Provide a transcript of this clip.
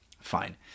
fine